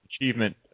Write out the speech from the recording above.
achievement